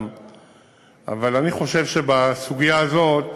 אבל אני חושב שבסוגיה הזאת